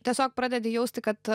tiesiog pradedi jausti kad